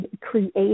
create